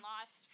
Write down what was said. lost